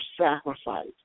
sacrifice